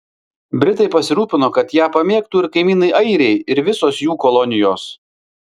britai pasirūpino kad ją pamėgtų ir kaimynai airiai ir visos jų kolonijos